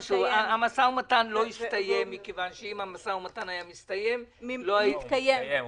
המשא ומתן לא הסתיים מכיוון שאם המשא ומתן היה מסתיים לא היית כאן.